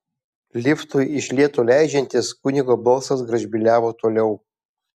liftui iš lėto leidžiantis kunigo balsas gražbyliavo toliau